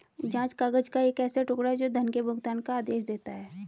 जाँच काग़ज़ का एक ऐसा टुकड़ा, जो धन के भुगतान का आदेश देता है